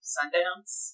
Sundance